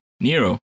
Nero